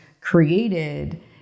created